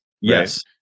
Yes